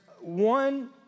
one